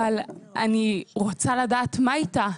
אני רוצה לדעת מה איתה,